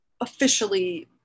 officially